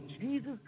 Jesus